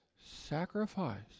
sacrifice